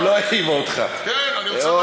היא הזכירה את שמי, מה זאת אומרת?